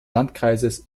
landkreises